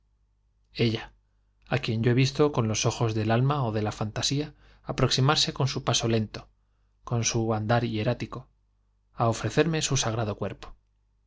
ella á quien yo he visto con los del alma ó de la ojos fantaía aproximarse con su paso lento con su andar hierático á ofrecerme su sagrado cuerpo